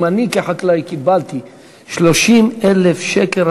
אם אני כחקלאי קיבלתי 30,000 שקל,